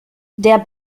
der